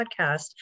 podcast